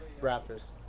Raptors